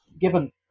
given